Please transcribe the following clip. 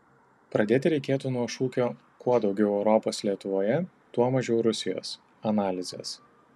pradėti reikėtų nuo šūkio kuo daugiau europos lietuvoje tuo mažiau rusijos analizės